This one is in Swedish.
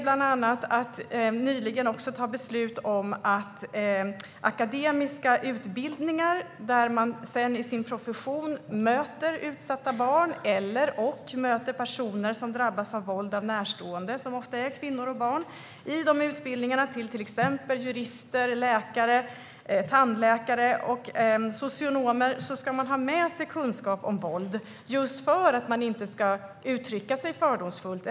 Bland annat tog vi nyligen ett beslut vad gäller akademiska utbildningar där man i sin profession möter utsatta barn eller personer som drabbats av våld av närstående, vilket ofta är kvinnor och barn. Beslutet innebär att man i utbildningar till exempelvis jurister, läkare, tandläkare och socionomer ska ha med sig kunskap om våld just för att man inte ska uttrycka sig fördomsfullt.